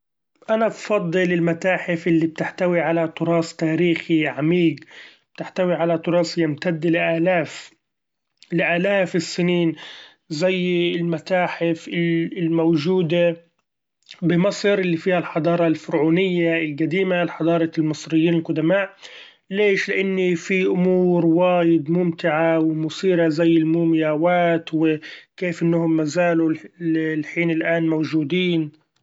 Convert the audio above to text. أنا بفضل المتاحف اللي بتحتوي علي تراث تاريخي عميق بتحتوي على تراث يمتد لآلاف-لآلاف السنين، زي المتاحف الموچودة بمصر اللي فيها الحضارة الفرعونية القديمة الحضارة المصريين القدماء ليش؟ لإن في امور وايد ممتعة ومثيرة زي المميأوات وكيف إنهم مازالوا للحين الآن موچودين!